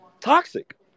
toxic